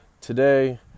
Today